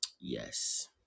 yes